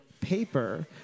paper